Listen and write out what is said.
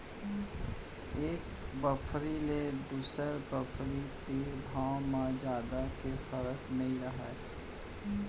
एक बेपारी ले दुसर बेपारी तीर भाव म जादा के फरक नइ रहय